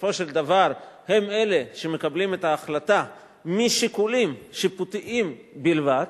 בסופו של דבר הם מקבלים את ההחלטה משיקולים שיפוטיים בלבד,